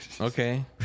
Okay